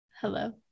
hello